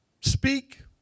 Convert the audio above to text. speak